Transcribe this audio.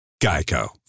Geico